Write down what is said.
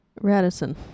Radisson